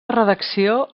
redacció